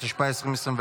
התשפ"ה 2024,